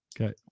okay